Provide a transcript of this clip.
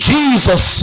Jesus